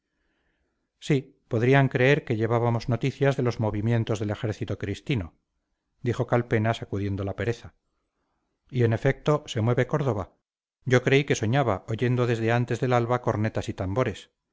sí podrían creer que llevábamos noticias de los movimientos del ejército cristino dijo calpena sacudiendo la pereza y en efecto se mueve córdova yo creí que soñaba oyendo desde antes del alba cornetas y tambores